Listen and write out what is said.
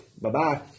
Bye-bye